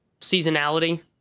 seasonality